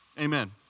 Amen